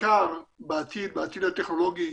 בעיקר בעתיד, בעתיד הטכנולוגי,